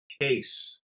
case